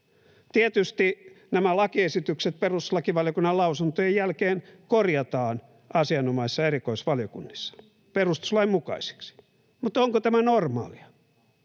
Tietysti nämä lakiesitykset perustuslakivaliokunnan lausuntojen jälkeen korjataan asianomaisissa erikoisvaliokunnissa perustuslain mukaisiksi, mutta, onko tämä normaalia?